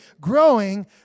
growing